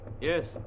Yes